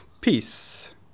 Peace